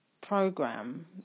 program